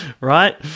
right